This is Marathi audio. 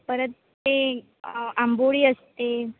परत ते आंबोळी असते